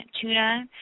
tuna